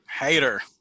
Hater